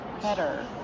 Better